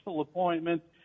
appointments